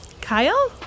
Kyle